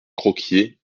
croquié